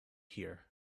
here